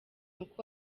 uko